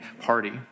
party